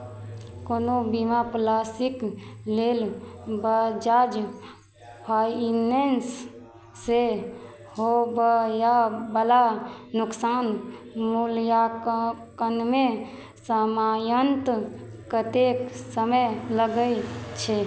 कोनो बीमा पॉलिसिक लेल बजाज फाइनेंससँ होबयवला नुकसान मूल्याङ्कनमे सामान्यतः कतेक समय लगै छै